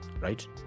right